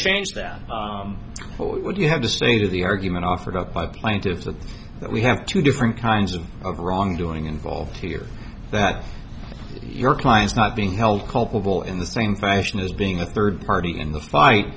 change that forward you have the state of the argument offered up by plaintiffs with that we have two different kinds of wrongdoing involved here that your client's not being held culpable in the same fashion as being the third party in the fight